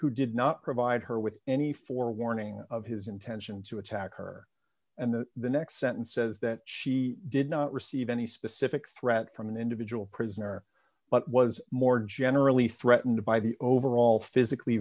who did not provide her with any forewarning of his intention to attack her and that the next sentence says that she did not receive any specific threat from an individual prisoner but was more generally threatened by the overall physically